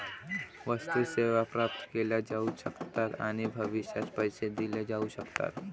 वस्तू, सेवा प्राप्त केल्या जाऊ शकतात आणि भविष्यात पैसे दिले जाऊ शकतात